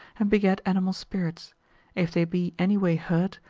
and beget animal spirits if they be any way hurt,